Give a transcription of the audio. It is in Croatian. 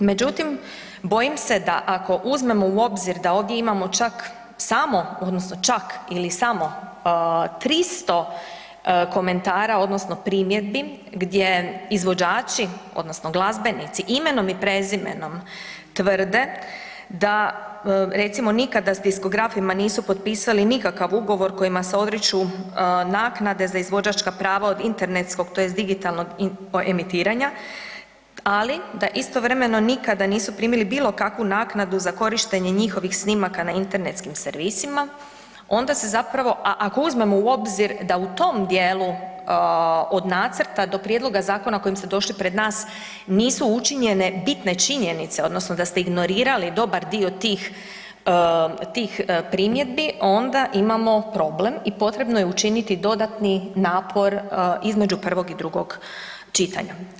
Međutim, bojim se da ako uzmemo u obzir da ovdje imamo čak samo, odnosno čak ili samo 300 komentara odnosno primjedbi gdje izvođači odnosno glazbenici imenom i prezimenom tvrde da, recimo, nikada s diskografima nisu potpisali nikakav ugovor kojima se odriču naknade za izvođačka prava od internetskog tj. digitalnog emitiranja, ali da istovremeno nikad nisu primili bilo kakvu naknadu za korištenje njihovih snimaka na internetskim servisima, onda se zapravo, a ako uzmemo u obzir da u tom dijelu od nacrta do prijedloga zakona kojim ste došli pred nas nisu učinjene bitne činjenice, odnosno da ste ignorirali dobar dio tih primjedbi, onda imamo problem i potrebno je učiniti dodatni napor između prvog i drugog čitanja.